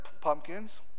pumpkins